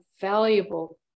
valuable